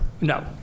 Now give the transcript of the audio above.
No